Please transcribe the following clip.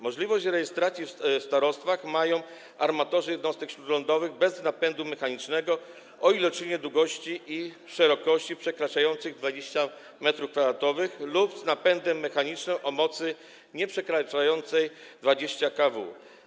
Możliwość rejestracji w starostwach mają armatorzy jednostek śródlądowych bez napędu mechanicznego o iloczynie długości i szerokości przekraczających 20 m2 lub z napędem mechanicznym o mocy nieprzekraczającej 20 kW.